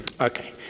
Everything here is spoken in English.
Okay